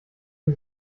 die